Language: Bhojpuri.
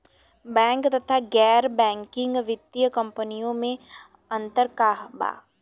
बैंक तथा गैर बैंकिग वित्तीय कम्पनीयो मे अन्तर का बा?